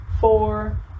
four